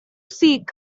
seek